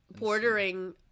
bordering